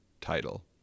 title